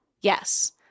Yes